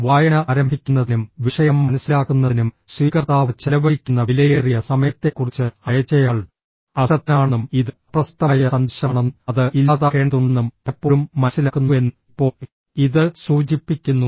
വായന ആരംഭിക്കുന്നതിനും വിഷയം മനസിലാക്കുന്നതിനും സ്വീകർത്താവ് ചെലവഴിക്കുന്ന വിലയേറിയ സമയത്തെക്കുറിച്ച് അയച്ചയാൾ അശ്രദ്ധനാണെന്നും ഇത് അപ്രസക്തമായ സന്ദേശമാണെന്നും അത് ഇല്ലാതാക്കേണ്ടതുണ്ടെന്നും പലപ്പോഴും മനസ്സിലാക്കുന്നുവെന്നും ഇപ്പോൾ ഇത് സൂചിപ്പിക്കുന്നു